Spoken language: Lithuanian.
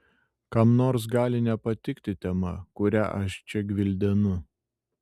kam nors gali nepatikti tema kurią aš čia gvildenu